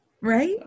right